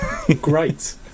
great